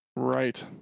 Right